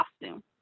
costume